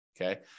Okay